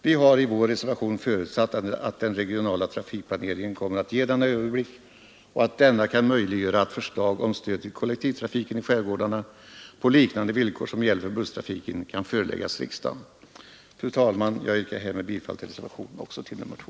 Vi har i reservationen 2 förutsatt att den regionala trafikplaneringen kommer att ge denna överblick och kan möjliggöra att förslag om stöd till kollektivtrafiken i skärgårdarna — på liknande villkor som gäller för busstrafiken — kan föreläggas riksdagen. Fru talman! Jag yrkar härmed bifall även till reservationen 2.